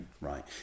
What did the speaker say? Right